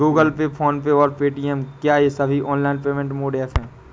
Google Pay PhonePe और Paytm क्या ये सभी ऑनलाइन पेमेंट मोड ऐप हैं?